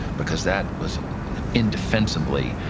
because that was indefensively